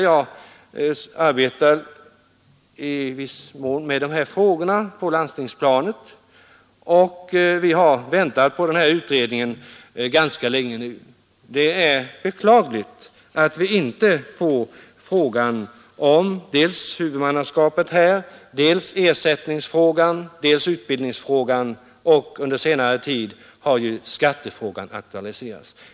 Jag arbetar i viss mån med dessa frågor på landstingsplanet, och där har vi nu ganska länge väntat på utredningens resultat. Det är beklagligt att vi inte kan få besked om huvudmannaskapet, ersättningsfrågan, utbildningsfrågan och skattefrågan, vilken sistnämnda aktualiserats under senare tid.